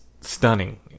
stunning